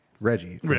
Reggie